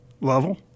level